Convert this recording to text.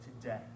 today